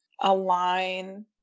align